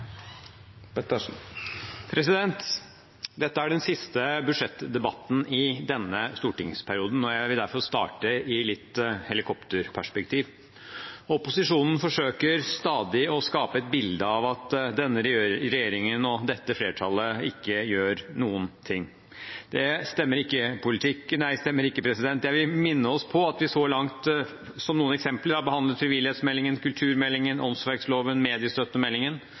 Dette er den siste budsjettdebatten i denne stortingsperioden, og jeg vil derfor starte i helikopterperspektiv. Opposisjonen forsøker stadig å skape et bilde av at denne regjeringen og dette flertallet ikke gjør noen ting. Det stemmer ikke. Jeg vil minne oss på at vi så langt, som noen eksempler, har behandlet frivillighetsmeldingen, kulturmeldingen, åndsverksloven, mediestøttemeldingen